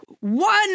One